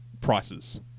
prices